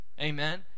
Amen